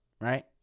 right